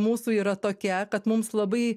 mūsų yra tokia kad mums labai